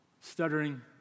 stuttering